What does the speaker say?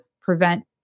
prevent